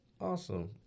Awesome